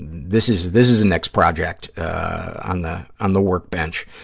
this is this is the next project on the on the workbench,